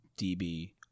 DB